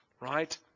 right